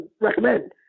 recommend